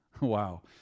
Wow